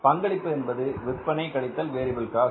பங்களிப்பு என்பது விற்பனை கழித்தல் வேரியபில் காஸ்ட்